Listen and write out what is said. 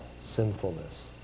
sinfulness